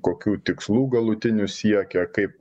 kokių tikslų galutinių siekia kaip